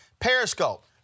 Periscope